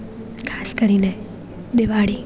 ખાસ કરીને દિવાળી